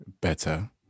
better